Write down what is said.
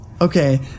okay